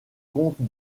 comptes